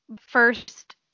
first